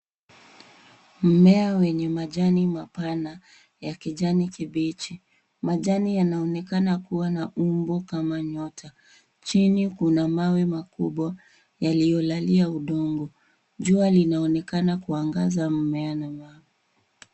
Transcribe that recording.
Mmea mwenye majani mapana ya kijani kibichi. Majani yanaonekana kua na umbo kama nyota, chini kuna mawe makubwa iliyolalia udongo. Jua linaonekana kuangaza mimea iyo.